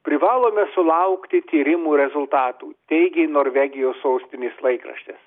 privalome sulaukti tyrimų rezultatų teigė norvegijos sostinės laikraštis